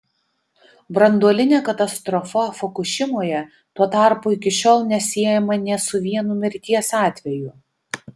branduolinė katastrofa fukušimoje tuo tarpu iki šiol nesiejama nė su vienu mirties atveju